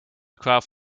craft